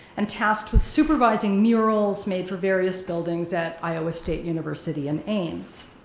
and tasked with supervising murals made for various buildings at iowa state university in ames.